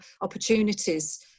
opportunities